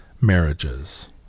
marriages